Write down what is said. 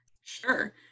Sure